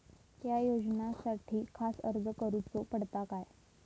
त्या योजनासाठी खास अर्ज करूचो पडता काय?